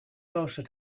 closer